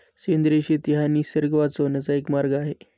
सेंद्रिय शेती हा निसर्ग वाचवण्याचा एक मार्ग आहे